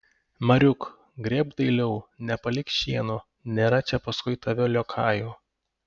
mariuk grėbk dailiau nepalik šieno nėra čia paskui tave liokajų